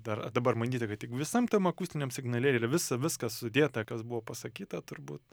dar ar dabar manyti kad tik visam tam akustiniam signale yra visa viskas sudėta kas buvo pasakyta turbūt